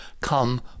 come